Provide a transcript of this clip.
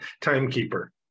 timekeeper